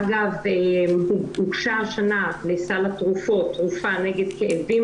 אגב הוגשה השנה לסל התרופות תרופה נגד כאבים